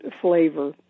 flavor